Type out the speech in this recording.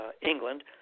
England